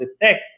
detect